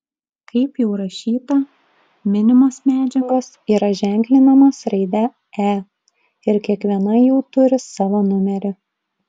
kaip jau rašyta minimos medžiagos yra ženklinamos raide e ir kiekviena jų turi savo numerį